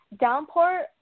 downpour